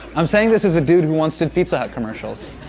i'm saying this as a dude who once did pizza hut commercials.